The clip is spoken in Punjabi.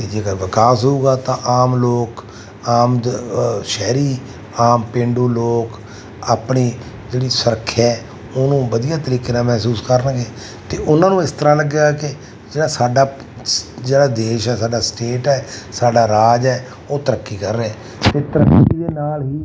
ਅਤੇ ਜੇਕਰ ਵਿਕਾਸ ਹੋਊਗਾ ਤਾਂ ਆਮ ਲੋਕ ਆਮ ਸ਼ਹਿਰੀ ਆਮ ਪੇਂਡੂ ਲੋਕ ਆਪਣੀ ਜਿਹੜੀ ਸੁਰੱਖਿਆ ਉਹਨੂੰ ਵਧੀਆ ਤਰੀਕੇ ਨਾਲ ਮਹਿਸੂਸ ਕਰਨਗੇ ਅਤੇ ਉਹਨਾਂ ਨੂੰ ਇਸ ਤਰ੍ਹਾਂ ਲੱਗਿਆ ਕਿ ਜਿਹੜਾ ਸਾਡਾ ਜਿਹੜਾ ਦੇਸ਼ ਹੈ ਸਾਡਾ ਸਟੇਟ ਹੈ ਸਾਡਾ ਰਾਜ ਹੈ ਉਹ ਤਰੱਕੀ ਕਰ ਰਿਹਾ ਅਤੇ ਤਰੱਕੀ ਦੇ ਨਾਲ ਹੀ